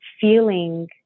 feeling